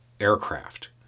aircraft